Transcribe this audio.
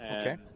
Okay